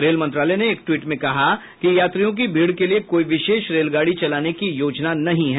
rail मंत्रालय ने एक ट्वीट में कहा कि यात्रियों की भीड़ के लिए कोई विशेष रेलगाड़ी चलाने की योजना नहीं है